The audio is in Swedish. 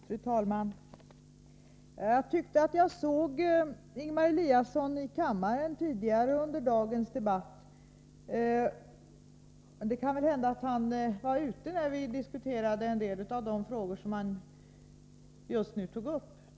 Fru talman! Jag tyckte att jag såg Ingemar Eliasson här i kammaren tidigare under dagens debatt, men kanhända var han ute när vi diskuterade några av de frågor han just nu tog upp.